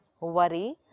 worry